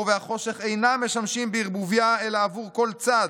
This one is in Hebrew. האור והחושך אינם משמשים בערבוביה אלא עבור כל צד.